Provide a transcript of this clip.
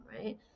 right